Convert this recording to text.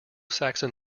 saxon